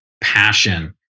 passion